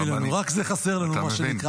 אוי ואבוי לנו, רק זה חסר לנו, מה שנקרא.